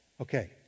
Okay